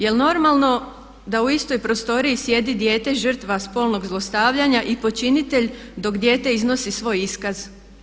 Jel normalno da u istoj prostoriji sijedi dijete žrtva spolnog zlostavljanja i počinitelj dok dijete iznosi svoj iskaz?